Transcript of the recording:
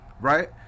right